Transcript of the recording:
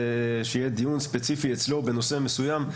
שיהיה דיון ספציפי אצלו בנושא מסוים.